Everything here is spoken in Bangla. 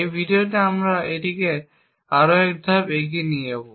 এই ভিডিওতে আমরা এটিকে আরও এক ধাপ এগিয়ে নিয়ে যাব